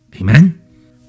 Amen